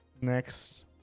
next